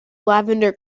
lavender